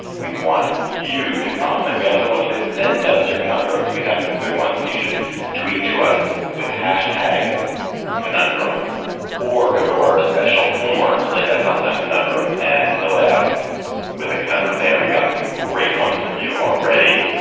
we want you to come and we also want you to send us your conundrums. we have some good ones but you should tweet to us with hashtag conundrum or go to our special forums like dot com slash conundrum and fill it out with a conundrum there we've gotten some great ones from you already.